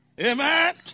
Amen